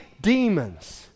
demons